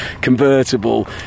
convertible